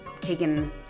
taken